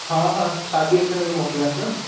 हा हा साढी अठें लॻे मोकिलियांसि न